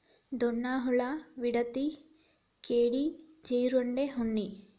ಡೋಣ ಹುಳಾ, ವಿಡತಿ, ಕೇಡಿ, ಜೇರುಂಡೆ, ಉಣ್ಣಿ